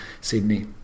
Sydney